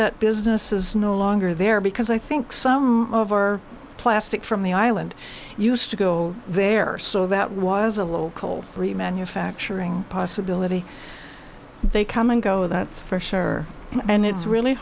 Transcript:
that business is no longer there because i think some of our plastic from the island used to go there so that was a little cold remanufacturing possibility they come and go that's for sure it's really